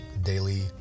daily